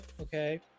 Okay